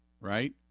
right